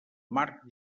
marc